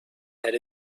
had